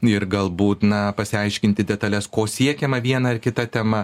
ir galbūt na pasiaiškinti detales ko siekiama viena ar kita tema